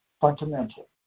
Fundamental